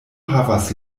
havas